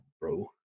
bro